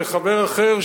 לחבר אחר,